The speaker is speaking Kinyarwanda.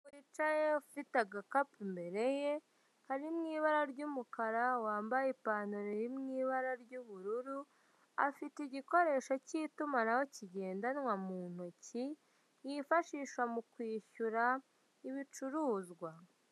Umuntu wicaye ufite agakapu imbere ye kari mu ibara ry'umukara wambaye ipantaro iri mu ibara ry'ubururu afite igikoresho k'itumanaho kigendanwa mu ntoki yifashisha mu kwishyura ibicuruzwa.